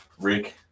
rick